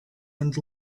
and